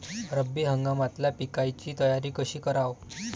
रब्बी हंगामातल्या पिकाइची तयारी कशी कराव?